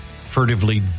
Furtively